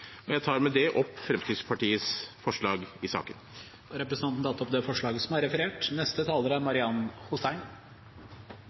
Jeg tar med det opp Fremskrittspartiets forslag i saken. Representanten Morten Wold har da tatt opp